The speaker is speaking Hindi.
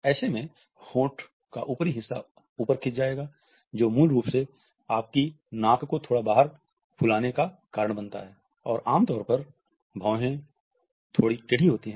ऐसे में होंठ का ऊपरी हिस्सा ऊपर खींच जाएगा जो मूल रूप से आपकी नाक को थोड़ा बाहर फूलाने का कारण बनता है और आमतौर पर भौंहें थोड़ी टेढ़ी होती हैं